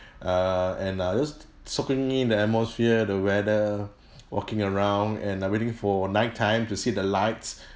err and uh just soaking in the atmosphere the weather walking around and uh waiting for nighttime to see the lights